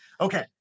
okay